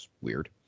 Weird